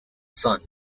son